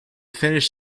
finnish